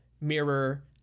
mirror